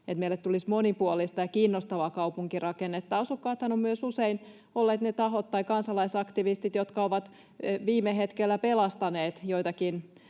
että meille tulisi monipuolista ja kiinnostavaa kaupunkirakennetta. Asukkaat tai kansalaisaktivistithan ovat myös usein olleet ne tahot, jotka ovat viime hetkellä pelastaneet joitakin